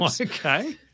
Okay